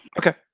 Okay